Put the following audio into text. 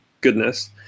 goodness